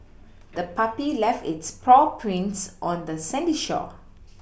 the puppy left its paw prints on the sandy shore